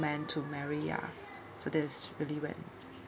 man to marry ya so this is really when